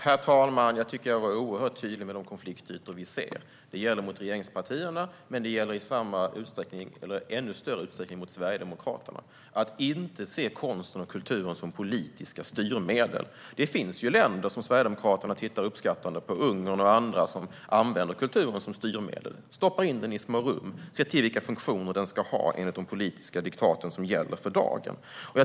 Herr talman! Jag tycker att jag var oerhört tydlig med de konfliktytor som vi ser. Det gällde både mot regeringspartierna och kanske i ännu större utsträckning mot Sverigedemokraterna. Det handlar om att inte se konsten och kulturen som politiska styrmedel. Det finns länder som Sverigedemokraterna tittar uppskattande på, till exempel Ungern, där man använder kulturen som styrmedel. Man stoppar in den i små rum och säger vilka funktioner den ska ha enligt de politiska diktat som gäller för dagen.